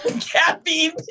caffeine